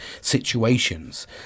situations